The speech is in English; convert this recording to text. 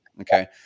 Okay